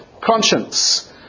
conscience